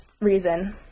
reason